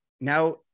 now